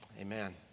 amen